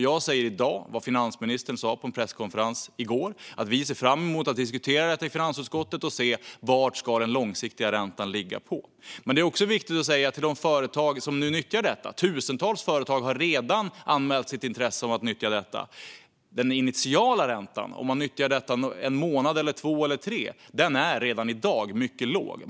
Jag säger i dag vad finansministern sa på en presskonferens i går, nämligen att vi ser fram emot att diskutera detta i finansutskottet för att se på vilken nivå den långsiktiga räntan ska ligga. Men det är också viktigt att säga till de företag som nu nyttjar detta - tusentals företag har redan anmält sitt intresse av att nyttja detta - att den initiala räntan om man nyttjar detta en månad, två månader eller tre månader redan i dag är mycket låg.